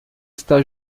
está